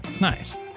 Nice